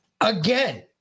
again